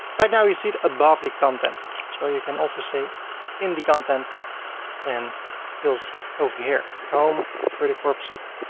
right now, you see it above the content, so you can also say in the content and you'll see it over here. home ferdy korpershoek.